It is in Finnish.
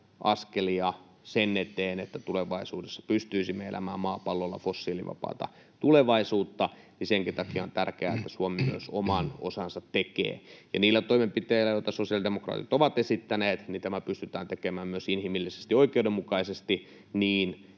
askelia sen eteen, että tulevaisuudessa pystyisimme elämään maapallolla fossiilivapaata tulevaisuutta. Senkin takia on tärkeää, että Suomi myös oman osansa tekee. Niillä toimenpiteillä, joita sosiaalidemokraatit ovat esittäneet, tämä pystytään tekemään myös inhimillisesti oikeudenmukaisesti niin,